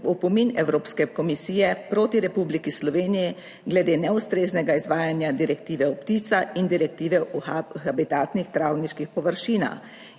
opomin Evropske komisije proti Republiki Sloveniji glede neustreznega izvajanja Direktive o pticah in Direktive o habitatnih travniških površinah.